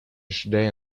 yesterday